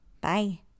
Bye